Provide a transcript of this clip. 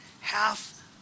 Half